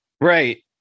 Right